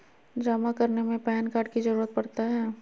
जमा करने में पैन कार्ड की जरूरत पड़ता है?